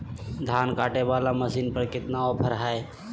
धान कटे बाला मसीन पर कितना ऑफर हाय?